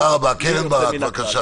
תודה רבה, יאיר.